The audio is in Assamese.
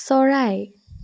চৰাই